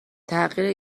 تغییر